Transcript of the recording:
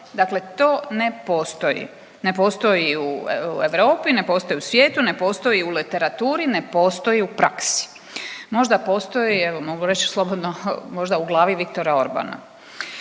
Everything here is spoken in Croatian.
Dakle, to ne postoji. Ne postoji u Europi, ne postoji u svijetu, ne postoji u literaturi, ne postoji u praksi. Možda postoji evo mogu reći slobodno možda u glavi Viktora Orbana.